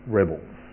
rebels